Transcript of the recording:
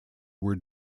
were